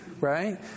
Right